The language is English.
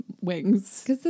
wings